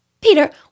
Peter